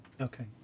Okay